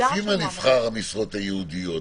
לפי מה נבחרות המשרות הייעודיות?